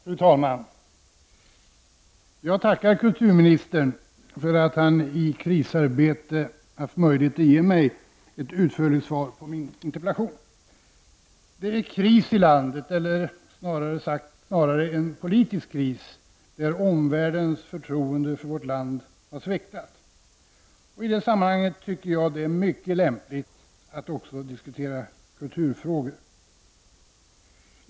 Fru talman! Jag tackar kulturministern för att han i krisarbetet haft möjlighet att ge mig ett utförligt svar på min interpellation. Det är kris i landet, eller snarare en politisk kris, där omvärldens förtroende för vårt land har sviktat. I det sammanhanget tycker jag att det är mycket lämpligt att också diskutera kulturfrågor.